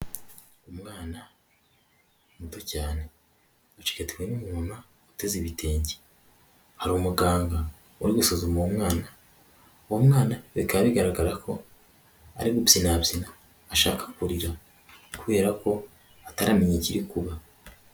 Umwana muto cyane acigatiwe n'umuntu uteze ibitenge, hari umuganga wari gusuzuma uwo mwana, uwo mwana bigaragara ko ari gukina abyina ashaka kurira kubera ko ataramenye ikiri kuba.